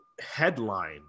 headline